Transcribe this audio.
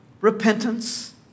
repentance